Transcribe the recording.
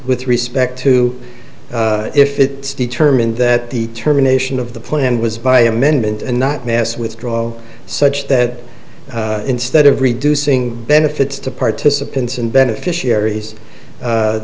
with respect to if it determined that the terminations of the plan was by amendment and not mass withdrawal such that instead of reducing benefits to participants and beneficiaries